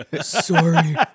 Sorry